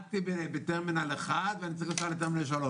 נחתי בטרמינל 1 ואני צריך להגיע לטרמינל 3,